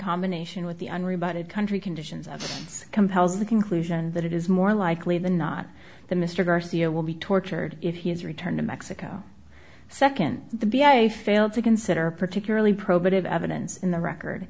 combination with the unrebutted country conditions of us compels the conclusion that it is more likely than not the mr garcia will be tortured if he is returned to mexico second the b s a failed to consider particularly probative evidence in the record